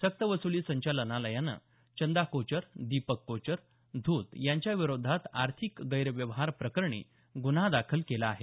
सक्तवसुली संचालनालयानं चंदा कोचर दीपक कोचर धूत यांच्याविरोधात आर्थिक गैरव्यवहार प्रकरणी गुन्हा दाखल केला आहे